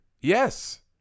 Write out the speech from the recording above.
Yes